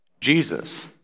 Jesus